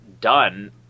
done